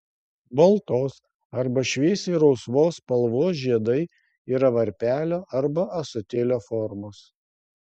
baltos arba šviesiai rausvos spalvos žiedai yra varpelio arba ąsotėlio formos